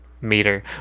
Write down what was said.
meter